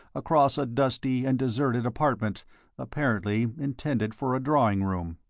across a dusty and deserted apartment apparently intended for a drawing room.